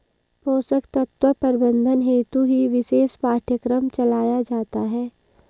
पोषक तत्व प्रबंधन हेतु ही विशेष पाठ्यक्रम चलाया जाता है